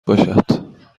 باشد